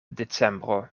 decembro